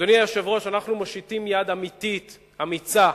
אדוני היושב-ראש, אנחנו מושיטים יד אמיתית, אמיצה,